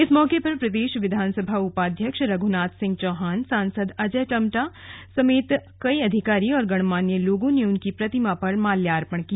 इस मौके पर प्रदेश विधानसभा उपाध्यक्ष रघुनाथ सिंह चौहान सांसद अजय टम्टा समेत कई अधिकारी और गणमान्य लोगों ने उनकी प्रतिमा पर माल्यार्पण किया